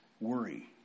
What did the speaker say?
Worry